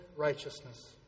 Righteousness